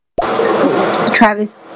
Travis